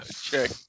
check